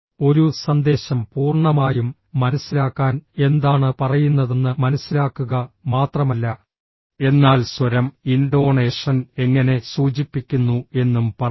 ഒരു സന്ദേശം പൂർണ്ണമായും മനസ്സിലാക്കാൻ എന്താണ് പറയുന്നതെന്ന് മനസ്സിലാക്കുക മാത്രമല്ല എന്നാൽ സ്വരം ഇൻടോണേഷൻ എങ്ങനെ സൂചിപ്പിക്കുന്നു എന്നും പറയുന്നു